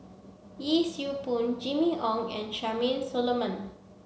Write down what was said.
Yee Siew Pun Jimmy Ong and Charmaine Solomon